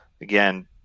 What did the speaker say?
again